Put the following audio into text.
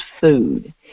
food